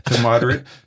moderate